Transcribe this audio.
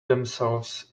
themselves